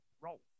roll